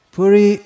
Puri